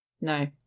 No